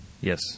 Yes